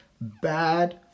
bad